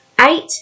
eight